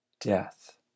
death